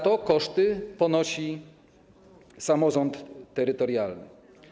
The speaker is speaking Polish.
Tego koszty ponosi samorząd terytorialny.